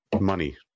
money